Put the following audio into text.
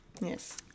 Yes